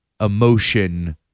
emotion